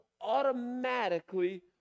automatically